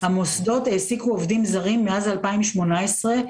המוסדות העסיקו עובדים זרים מאז 2018,